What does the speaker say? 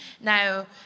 Now